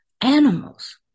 animals